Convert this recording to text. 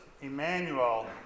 Emmanuel